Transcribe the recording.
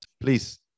please